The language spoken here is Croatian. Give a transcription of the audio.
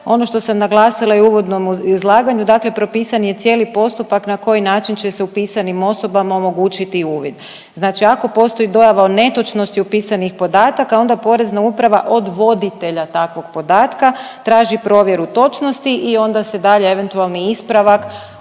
Ono što sam naglasila i u uvodnom izlaganju, dakle propisan je cijeli postupak na koji način će se upisanim osobama omogućiti uvid. Znači ako postoji dojava o netočnosti upisanih podataka onda Porezna uprava od voditelja takvog podatka traži provjeru točnosti i onda se dalje eventualni ispravak